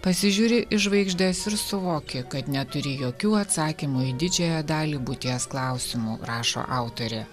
pasižiūri į žvaigždes ir suvoki kad neturi jokių atsakymų į didžiąją dalį būties klausimų rašo autorė